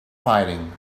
fighting